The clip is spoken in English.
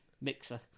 mixer